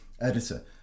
editor